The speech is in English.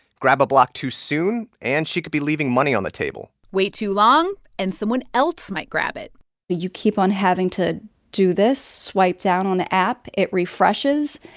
grab a block too soon, and she could be leaving money on the table way too long, and someone else might grab it you keep on having to do this. swipe down on the app. it refreshes.